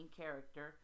character